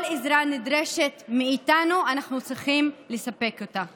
כל עזרה שנדרשת מאיתנו, אנחנו צריכים לספק אותה.